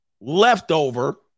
leftover